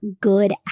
good